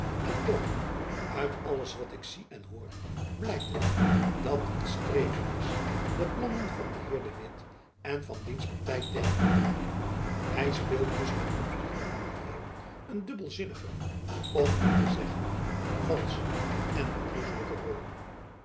en toch uit alles wat ik zie en hoor blijkt het dat het streven is de plannen van den heer de witt en van diens party tegen te werken hy speelt dus ten opzichte van dien heer een dubbelzinnige om niet te zeggen een valsche en bedriegelijke rol